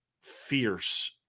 fierce